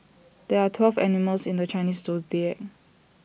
there are twelve animals in the Chinese Zodiac